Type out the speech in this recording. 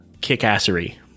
kickassery